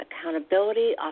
accountability